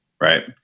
Right